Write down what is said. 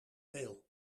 veel